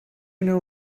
know